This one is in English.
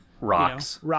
rocks